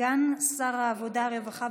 סגן שר העבודה, הרווחה